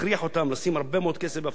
הכריח אותם לשים הרבה מאוד כסף בהפקות.